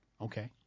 Okay